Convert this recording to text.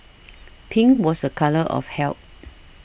pink was a colour of health